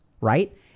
right